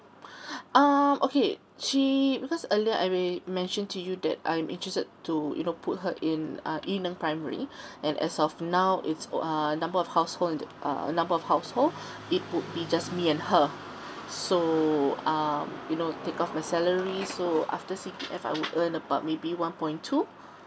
um okay she because earlier I've already mentioned to you that I'm interested to you know put her in uh E meng primary and as of now it's for uh number of household uh number of household it would be just me and her so um you know take off my salary so after C_P_F I would earn about maybe one point two